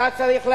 אתה צריך להבין,